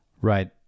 Right